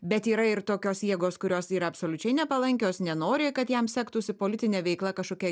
bet yra ir tokios jėgos kurios yra absoliučiai nepalankios nenori kad jam sektųsi politinė veikla kažkokia